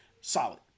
Solid